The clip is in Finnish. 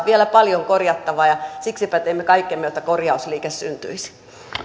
vielä paljon korjattavaa ja siksipä teemme kaikkemme jotta korjausliike syntyisi